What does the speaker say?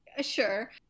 Sure